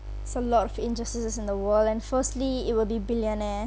so a lot of injustices in the world and firstly it will be billionaire